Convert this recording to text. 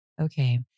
Okay